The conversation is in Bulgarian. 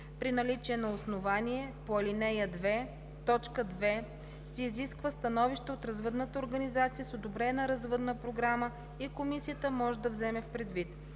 При наличие на основание по ал. 2, т. 2 се изисква становище от развъдната организация с одобрена развъдна програма и комисията може да вземе предвид: